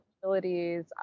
facilities